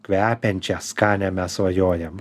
kvepiančią skanią mes svajojam